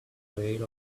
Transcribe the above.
trail